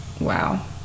wow